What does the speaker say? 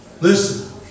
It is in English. Listen